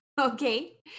Okay